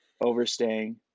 overstaying